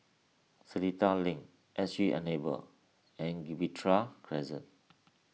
Seletar Link S G Enable and Gibraltar Crescent